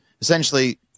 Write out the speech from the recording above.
essentially